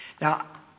Now